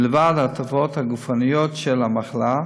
מלבד עם התופעות הגופניות של המחלה,